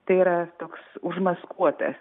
tai yra toks užmaskuotas